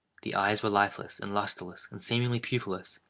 the eyes were lifeless, and lustreless, and seemingly pupilless,